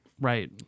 Right